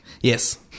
Yes